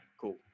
Cool